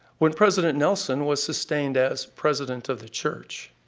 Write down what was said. when president nelson was sustained as president of the church,